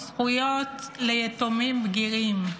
זכויות ליתומים בגירים,